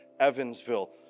evansville